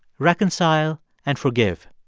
reconcile and forgive.